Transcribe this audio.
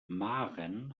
maren